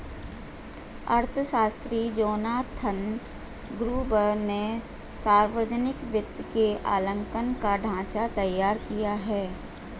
अर्थशास्त्री Jonathan Gruber ने सावर्जनिक वित्त के आंकलन का ढाँचा तैयार किया है